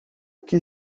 que